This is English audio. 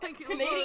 Canadian